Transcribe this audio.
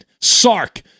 Sark